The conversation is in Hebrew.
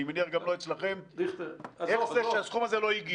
אני מניח גם לא אצלכם --- שהסכום הזה לא הגיע.